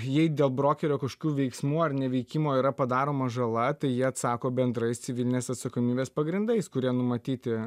jei dėl brokerio kažkokių veiksmų ar neveikimo yra padaroma žala tai jie atsako bendrais civilinės atsakomybės pagrindais kurie numatyti